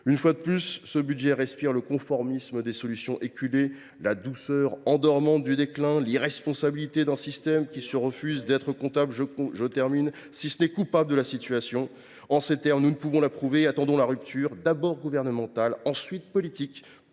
Une fois de plus, ce budget respire le conformisme des solutions éculées, la douceur endormante du déclin, l’irresponsabilité d’un système qui se refuse à être comptable, si ce n’est coupable, de la situation. Il faut conclure. En ces termes, nous ne pouvons l’approuver et nous attendons la rupture, d’abord gouvernementale, ensuite politique,